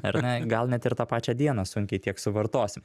ar ne gal net ir tą pačią dieną sunkiai tiek suvartosim